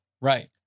Right